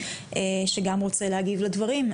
שגם רוצה להגיב לדברים,